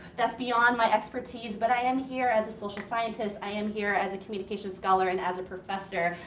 that's beyond my expertise but i am here as a social scientist. i am here as a communication scholar, and as a professor,